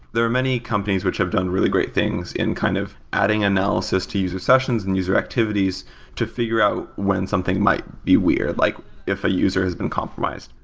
there are many companies which have done really great things in kind of adding analysis to user sessions and user activities to figure out when something might be weird, like if a user has been compromised.